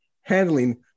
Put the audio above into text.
handling